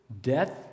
death